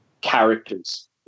characters